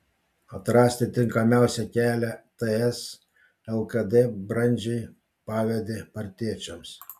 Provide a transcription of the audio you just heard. atrasti tinkamiausią kelią ts lkd brandžiai pavedė partiečiams